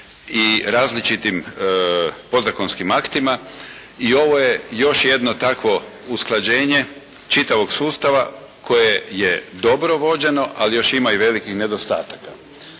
i različitim podzakonskim aktima i ovo je još jedno takvo usklađenje čitavog sustava koje je dobro vođeno, ali još ima i velikih nedostataka.